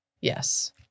Yes